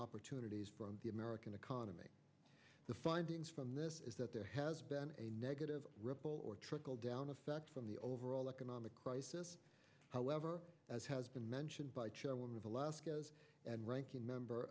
opportunities for the american economy the findings from this is that there has been a negative ripple or trickle down effect from the overall economic crisis however as has been mentioned by chairwoman of alaska's and ranking member